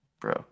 bro